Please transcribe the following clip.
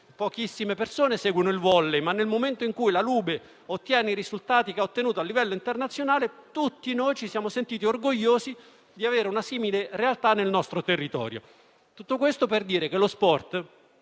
pochissime persone seguono il *volley*, ma, nel momento in cui la Lube ha ottenuto certi risultati a livello internazionale, tutti ci siamo sentiti orgogliosi di avere una simile realtà nel nostro territorio. Tutto questo per dire che lo sport